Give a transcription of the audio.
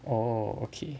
oh okay